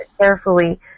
carefully